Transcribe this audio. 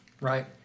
Right